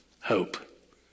hope